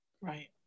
Right